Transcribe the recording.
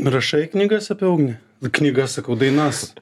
rašai knygas apie ugnį knygas sakau dainas